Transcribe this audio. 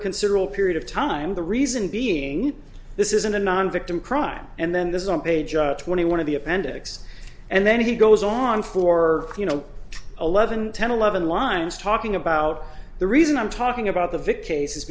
a considerable period of time the reason being this isn't a non victim crime and then this is on page twenty one of the appendix and then he goes on for you know eleven ten eleven lines talking about the reason i'm talking about the vick case